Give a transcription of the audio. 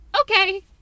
Okay